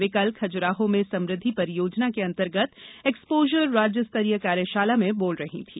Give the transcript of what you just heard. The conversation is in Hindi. वे कल खजुराहों में समुद्दि परियोजना के अंतर्गत एक्सपोजर राज्य स्तरीय कार्यशाला में बोल रही थीं